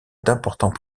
d’importants